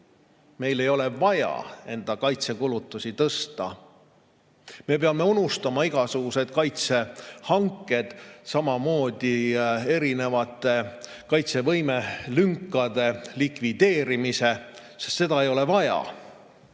meil ei ole vaja enda kaitsekulutusi tõsta. Me peame unustama igasugused kaitsehanked, samamoodi kaitsevõimelünkade likvideerimise, sest seda ei ole vaja.